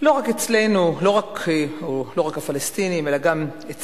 לא רק הפלסטינים אלא גם אצלנו,